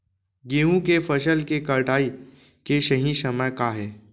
गेहूँ के फसल के कटाई के सही समय का हे?